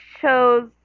chose